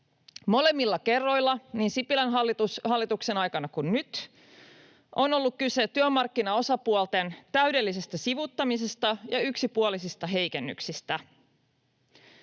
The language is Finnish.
Molemmilla kerroilla, niin Sipilän hallituksen aikana kuin nyt, on ollut kyse työmarkkinaosapuolten täydellisestä sivuuttamisesta ja yksipuolisista heikennyksistä.